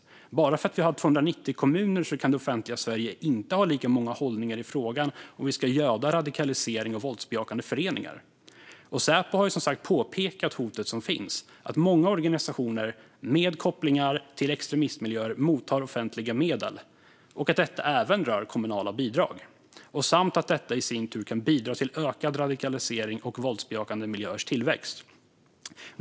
Bara för att vi har 290 kommuner kan det offentliga Sverige inte ha lika många hållningar i frågan om vi ska göda radikalisering och våldsbejakande föreningar. Säpo har som sagt påpekat det hot som finns i att många organisationer med kopplingar till extremistmiljöer tar emot offentliga medel, även kommunala bidrag, samt att detta i sin tur kan bidra till ökad radikalisering och våldsbejakande miljöers tillväxt.